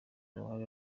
uruhare